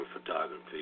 photography